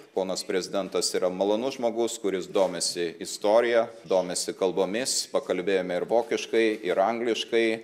ponas prezidentas yra malonus žmogus kuris domisi istorija domisi kalbomis pakalbėjome ir vokiškai ir angliškai